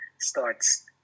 starts